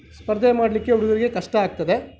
ಸ್ಪರ್ಧೆ ಮಾಡಲಿಕ್ಕೆ ಹುಡುಗರಿಗೆ ಕಷ್ಟ ಆಗ್ತದೆ